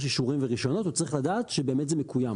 אישורים ורישיונות הוא צריך לדעת שבאמת זה מתקיים.